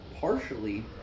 partially